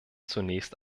zunächst